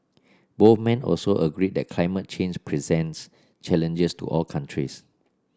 both men also agreed that climate change presents challenges to all countries